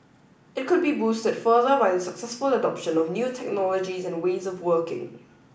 it could be boosted further by the successful adoption of new technologies and ways of working